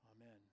Amen